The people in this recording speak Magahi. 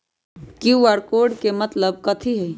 कियु.आर कोड के मतलब कथी होई?